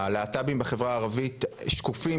הלהט״בים בחברה הערבית שקופים,